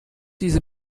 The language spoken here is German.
diese